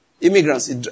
Immigrants